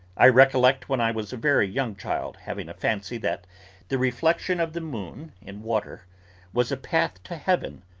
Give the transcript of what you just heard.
i recollect when i was a very young child having a fancy that the reflection of the moon in water was a path to heaven,